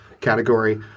category